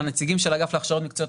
הנציגים של אגף להכשרות מקצועיות,